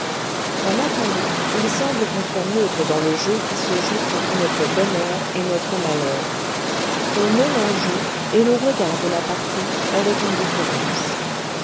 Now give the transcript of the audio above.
en attendant il semble qu'on soit neutre dans le jeu qui se joue entre notre bonheur et notre malheur on est l'enjeu et l'on regarde la partie avec indifférence